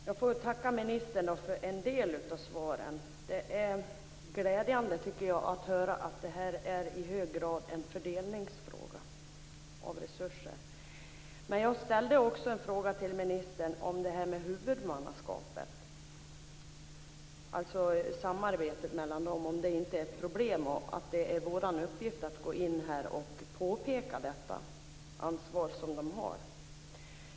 Fru talman! Jag tackar ministern för en del av svaren. Jag tycker att det är glädjande att höra att denna fråga i hög grad handlar om fördelning av resurser. Men jag ställde också en fråga till ministern om huvudmannaskapet, alltså om samarbetet, och om det inte är ett problem. Är det inte vår uppgift att gå in och peka på samhällets ansvar?